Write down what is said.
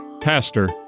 Pastor